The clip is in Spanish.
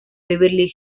beverly